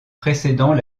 précédant